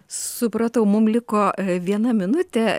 supratau mums liko viena minutė